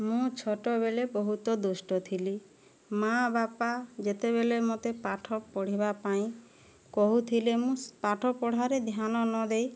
ମୁଁ ଛୋଟବେଳେ ବହୁତ ଦୁଷ୍ଟ ଥିଲି ମା ବାପା ଯେତେବେଳେ ମୋତେ ପାଠ ପଢ଼ିବା ପାଇଁ କହୁଥିଲେ ମୁଁ ପାଠପଢ଼ାରେ ଧ୍ୟାନ ନଦେଇ